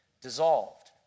dissolved